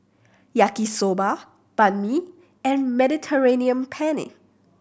Yaki Soba Banh Mi and Mediterranean Penne